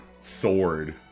sword